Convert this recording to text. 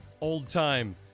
old-time